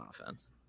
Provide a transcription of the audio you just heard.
offense